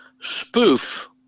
spoof